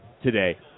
today